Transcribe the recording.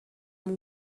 اون